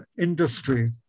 industry